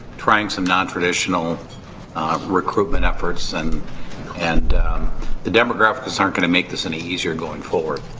trying some nontraditional recruitment efforts. and and the demographics aren't gonna make this any easier going forward.